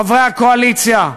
חברי הקואליציה,